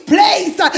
place